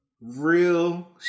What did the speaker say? real